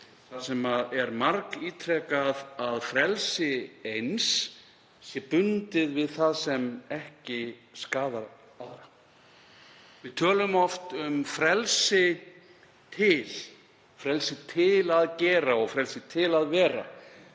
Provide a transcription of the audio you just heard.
þar sem er margítrekað að frelsi eins sé bundið við það sem ekki skaðar aðra. Við tölum oft um frelsi til, frelsi til að gera og frelsi til að vera.